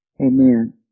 Amen